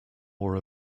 wore